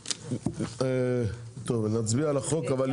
ו-22, 23 ו-24.